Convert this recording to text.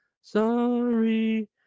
Sorry